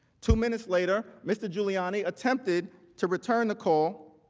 two minutes later mr. giuliani attempted to return the call,